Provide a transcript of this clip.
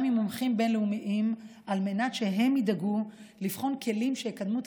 עם מומחים בין-לאומיים על מנת שהם ידאגו לבחון כלים שיקדמו את